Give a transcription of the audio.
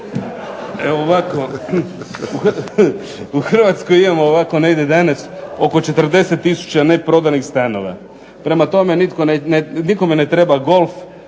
E ovako, u Hrvatskoj imamo ovako negdje danas oko 40 tisuća neprodanih stanova. Prema tome nikome ne treba golf